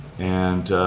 and